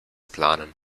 planen